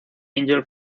angel